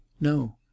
No